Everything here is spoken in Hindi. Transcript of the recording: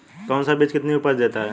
कौन सा बीज कितनी उपज देता है?